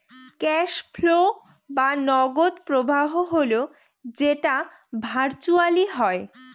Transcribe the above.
cash flow বা নগদ প্রবাহ হল যেটা ভার্চুয়ালি হয়